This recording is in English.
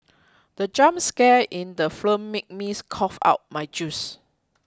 the jump scare in the film made me cough out my juice